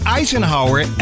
Eisenhower